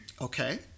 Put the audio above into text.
Okay